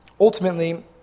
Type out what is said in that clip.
Ultimately